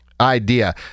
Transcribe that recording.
idea